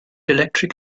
electric